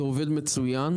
זה עובד מצוין,